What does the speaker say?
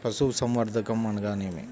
పశుసంవర్ధకం అనగానేమి?